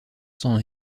sans